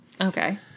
Okay